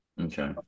Okay